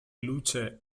luce